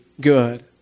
good